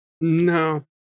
no